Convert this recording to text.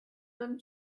then